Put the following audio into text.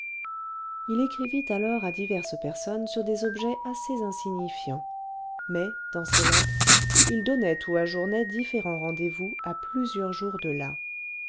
il écrivit alors à diverses personnes sur des objets assez insignifiants mais dans ces lettres il donnait ou ajournait différents rendez-vous à plusieurs jours de là